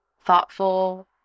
thoughtful